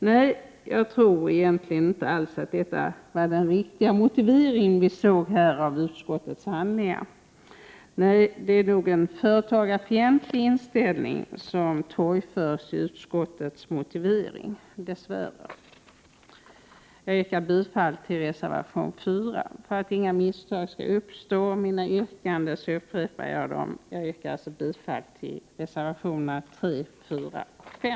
Nej, jag tror inte det är den riktiga motiveringen som redovisas i utskottets handlingar. Det är nog i stället en företagarfientlig inställning som torgförs i utskottets yttrande — dess värre! Jag yrkar bifall till reservation 4. 83 För att inga misstag skall uppstå förtydligar jag alltså att jag yrkar bifall till reservationerna 3, 4 och 5.